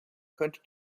könnte